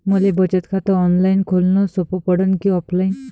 मले बचत खात ऑनलाईन खोलन सोपं पडन की ऑफलाईन?